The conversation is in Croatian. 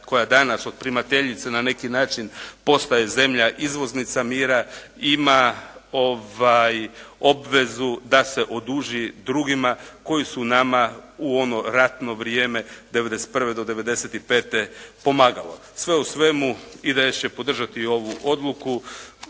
koja danas od primateljica na neki način postaje zemlja izvoznica mira ima obvezu da se oduži drugima koji su nama u ono ratno vrijeme '91. do '95. pomagali. Sve u svemu, IDS će podržati ovu odluku,